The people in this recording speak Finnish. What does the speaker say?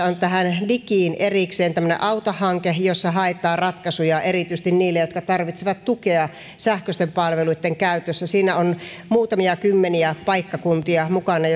on tähän digiin erikseen tämmöinen auta hanke jossa haetaan ratkaisuja erityisesti niille jotka tarvitsevat tukea sähköisten palveluitten käytössä siinä on muutamia kymmeniä paikkakuntia mukana